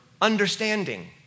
understanding